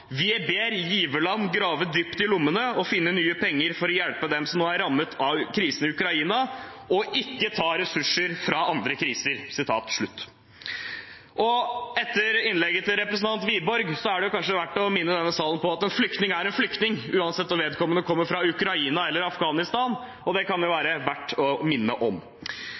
ber giverland om å grave dypt i lommene og finne nye penger for å hjelpe dem som nå er rammet av krisen i Ukraina, og ikke ta ressurser fra andre kriser». Etter innlegget til representanten Wiborg er det kanskje verdt å minne denne salen på at en flyktning er flyktning, uansett om vedkommende kommer fra Ukraina eller Afghanistan. Det kan være verdt å minne om.